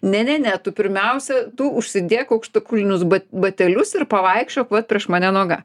ne ne ne tu pirmiausia tu užsidėk aukštakulnius bat batelius ir pavaikščiok vat prieš mane nuoga